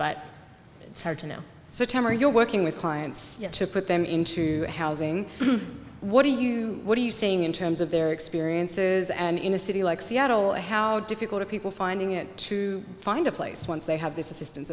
but it's hard to know so tom are you working with clients put them into housing what do you what are you seeing in terms of their experiences and in a city like seattle and how difficult are people finding it to find a place once they have these assistance